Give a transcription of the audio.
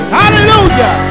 hallelujah